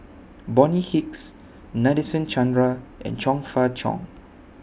Bonny Hicks Nadasen Chandra and Chong Fah Cheong